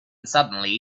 suddenly